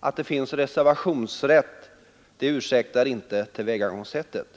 Att det finns reservationsrätt ursäktar inte tillvägagångssättet.